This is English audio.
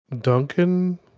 Duncan